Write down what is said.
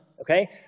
Okay